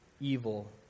evil